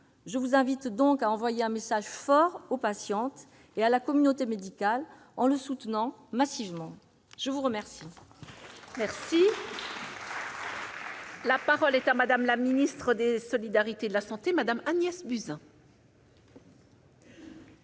Je vous invite donc à envoyer un message fort aux patientes et à la communauté médicale en le soutenant massivement. La parole